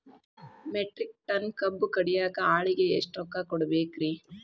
Metric tonne ಕಬ್ಬು ಕಡಿಯಾಕ ಆಳಿಗೆ ಎಷ್ಟ ರೊಕ್ಕ ಕೊಡಬೇಕ್ರೇ?